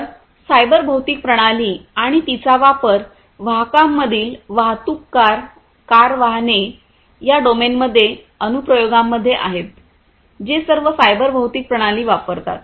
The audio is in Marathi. तर सायबर भौतिक प्रणाली आणि तिचा वापर वाहकांमधील वाहतूक कार वाहने या डोमेन अनुप्रयोगामध्ये आहेत जे सर्व सायबर भौतिक प्रणाली वापरतात